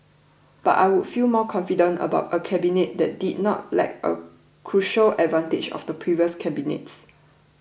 but I would feel more confident about a Cabinet that did not lack a crucial advantage of the previous cabinets